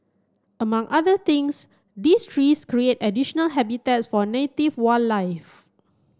among other things these trees create additional habitats for native wildlife